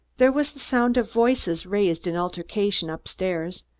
there was the sound of voices raised in altercation up-stairs,